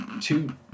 two